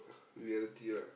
the other team ah